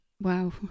Wow